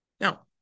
Now